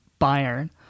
Bayern